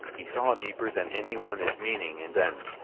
he saw deeper than anyone its meaning and end.